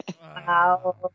wow